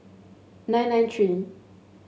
nine nine three